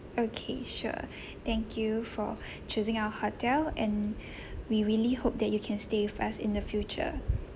okay sure thank you for choosing our hotel and we really hope that you can stay with us in the future